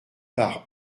par